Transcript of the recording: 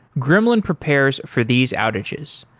gremlin prepares for these outages.